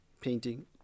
painting